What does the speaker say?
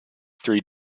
three